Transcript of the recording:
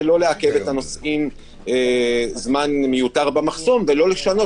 לא לעכב את הנוסעים זמן מיותר במחסום ולא לשנות